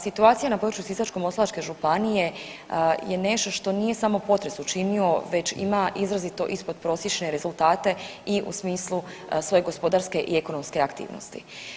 Situacija na području Sisačko-moslavačke županije je nešto što nije samo potres učinio već ima izrazito ispod prosječne rezultate i u smislu i svoje gospodarske i ekonomske aktivnosti.